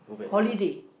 holiday